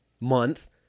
month